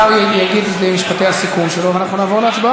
אתם סרים למרותו של נתניהו, של המלך נתניהו